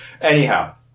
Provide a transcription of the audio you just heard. Anyhow